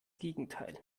gegenteil